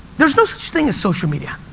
there's no such thing as social media,